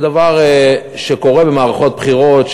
זה דבר שקורה במערכות בחירות,